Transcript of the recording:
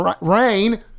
Rain